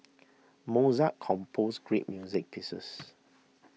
Mozart composed great music pieces